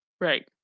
Right